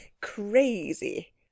Crazy